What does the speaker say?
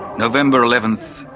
november eleventh,